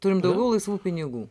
turim daugiau laisvų pinigų